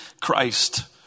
Christ